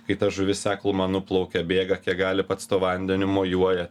kai ta žuvis sekluma nuplaukia bėga kiek gali pats tuo vandeniu mojuoja